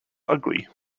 ugly